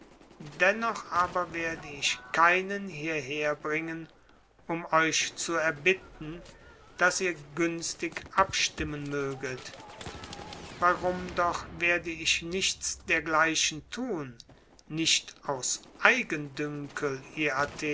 dennoch aber werde ich keinen hierher bringen um euch zu erbitten daß ihr günstig abstimmen möget warum doch werde ich nichts dergleichen tun nicht aus eigendünkel ihr